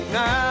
Now